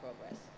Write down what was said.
progress